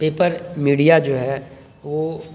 paper media جو ہے وہ